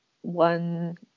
one